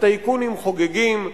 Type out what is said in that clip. הטייקונים חוגגים,